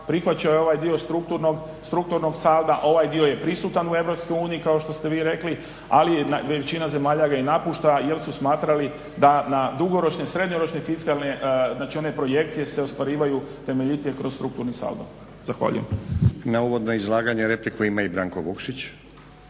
prihvaća ovaj dio strukturnog salda, ovaj dio je prisutan u Europskoj uniji kao što ste vi rekli, ali većina zemlja ga i napušta jer su smatrali da na dugoročne, srednjoročne fiskalne, znači one projekcije se ostvaruju temeljitije kroz strukturni saldo. Zahvaljujem. **Stazić, Nenad (SDP)** Na uvodno izlaganje repliku ima i Branko Vukšić.